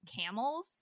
camels